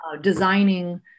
designing